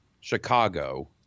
Chicago